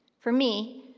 for me,